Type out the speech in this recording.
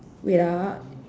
wait ah